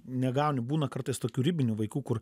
negauni būna kartais tokių ribinių vaikų kur